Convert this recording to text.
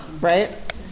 right